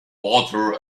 water